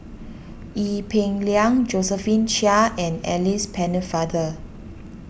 Ee Peng Liang Josephine Chia and Alice Pennefather